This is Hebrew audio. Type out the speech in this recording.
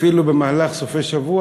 אפילו במהלך סופי שבוע,